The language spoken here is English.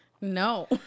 No